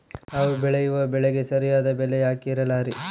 ನಾವು ಬೆಳೆಯುವ ಬೆಳೆಗೆ ಸರಿಯಾದ ಬೆಲೆ ಯಾಕೆ ಇರಲ್ಲಾರಿ?